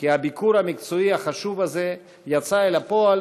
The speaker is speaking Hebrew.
שהביקור המקצועי החשוב הזה יצא לפועל